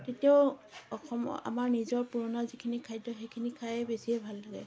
তেতিয়াও অসম আমাৰ নিজৰ পুৰণা যিখিনি খাদ্য সেইখিনি খায়ে বেছিয়েই ভাল লাগে